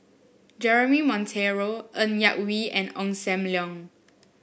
Jeremy Monteiro Ng Yak Whee and Ong Sam Leong